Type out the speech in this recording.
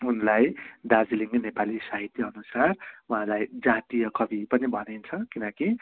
उनलाई दार्जिलिङ्गे नेपाली साहित्यअनुसार उहाँलाई जातीय कवि पनि भनिन्छ किनकि